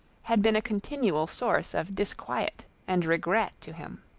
had been a continual source of disquiet and regret to him.